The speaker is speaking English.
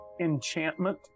Enchantment